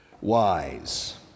wise